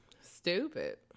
stupid